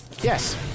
Yes